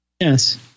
Yes